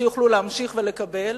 שיוכלו להמשיך ולקבל,